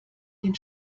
den